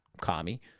Kami